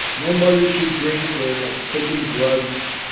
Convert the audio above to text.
no mothers who drink or have taken drugs,